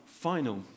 final